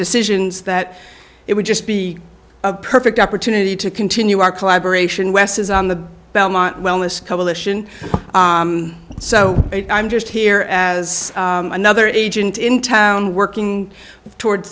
decisions that it would just be a perfect opportunity to continue our collaboration wes's on the belmont wellness coalition so i'm just here as another agent in town working toward